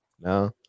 No